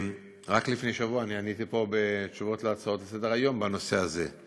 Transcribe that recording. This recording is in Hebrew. רק לפני שבוע אני עניתי פה בתשובות להצעות לסדר-היום בנושא הזה.